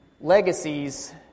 Legacies